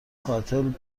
قاتل